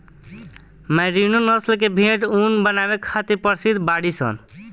merino नस्ल के भेड़ ऊन बनावे खातिर प्रसिद्ध बाड़ीसन